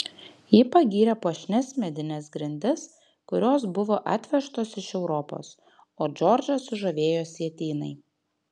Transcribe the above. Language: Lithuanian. ji pagyrė puošnias medines grindis kurios buvo atvežtos iš europos o džordžą sužavėjo sietynai